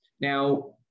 Now